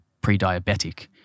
pre-diabetic